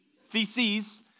theses